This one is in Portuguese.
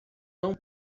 não